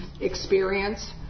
experience